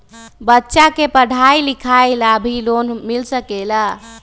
बच्चा के पढ़ाई लिखाई ला भी लोन मिल सकेला?